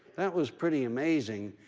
that was pretty amazing.